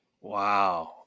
Wow